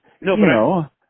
No